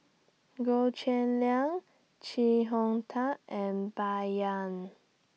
Goh Cheng Liang Chee Hong Tat and Bai Yan